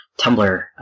Tumblr